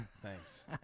Thanks